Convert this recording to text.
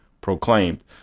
proclaimed